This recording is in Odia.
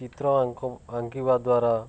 ଚିତ୍ର ଆଙ୍କିବା ଦ୍ୱାରା